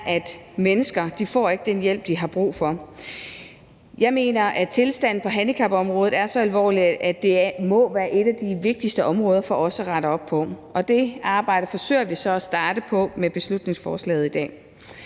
at mennesker ikke får den hjælp, de har brug for. Jeg mener, at tilstanden på handicapområdet er så alvorlig, at det må være et af de vigtigste områder for os at rette op på, og det arbejde forsøger vi så at starte på med det her beslutningsforslag i dag.